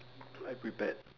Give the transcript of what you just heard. unprepared